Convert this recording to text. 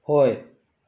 ꯍꯣꯏ